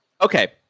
Okay